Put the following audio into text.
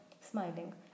smiling